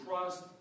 trust